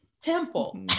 temple